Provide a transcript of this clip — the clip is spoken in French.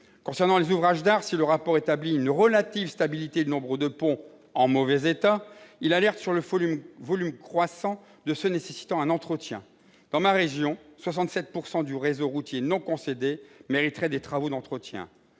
Concernant les ouvrages d'art, si le rapport établit une relative stabilité du nombre de ponts en mauvais état, il alerte sur le volume croissant de ceux qui nécessitent un entretien. Dans ma région, 67 % du réseau routier non concédé mériteraient des travaux d'entretien.